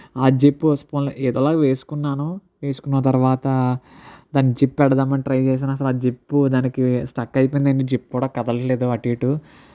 ఆ జిప్పు పోన్లే ఏదోలాగా వేసుకున్నాను వేసుకున్నా తర్వాత దాని జిప్పు పెడుదాము అని ట్రై చేసాను అసలు ఆ జిప్పు దానికి స్టక్ అయిపోయింది అండి జిప్పు కూడా కదలట్లేదు అటూ ఇటూ